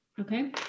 Okay